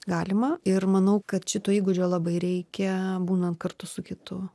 galima ir manau kad šito įgūdžio labai reikia būnant kartu su kitu